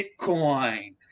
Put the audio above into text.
Bitcoin